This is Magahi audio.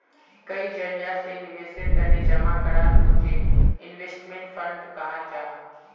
कई जरिया से निवेशेर तने जमा कराल पूंजीक इन्वेस्टमेंट फण्ड कहाल जाहां